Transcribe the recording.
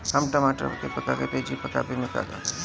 हमरा टमाटर के तेजी से पकावे के बा का करि?